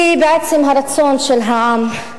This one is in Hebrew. היא בעצם הרצון של העם,